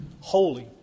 holy